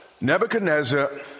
Nebuchadnezzar